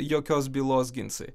jokios bylos ginsai